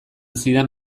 zidan